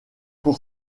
pour